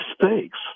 mistakes